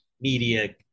media